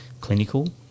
clinical